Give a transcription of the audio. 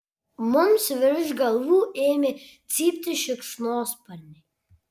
mums virš galvų ėmė cypti šikšnosparniai